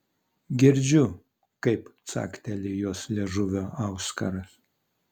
girdžiu kaip cakteli jos liežuvio auskaras